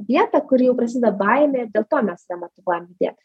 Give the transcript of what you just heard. vietą kur jau prasideda baimė dėl to mes save motyvuojam judėt